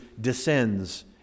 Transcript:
descends